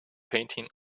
painting